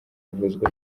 avuzwe